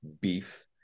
beef